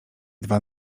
dwa